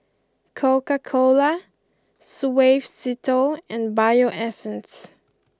Coca Cola Suavecito and Bio Essence